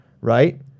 Right